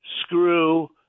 screw